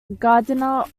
gardiner